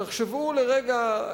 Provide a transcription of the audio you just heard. תחשבו לרגע,